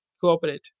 cooperate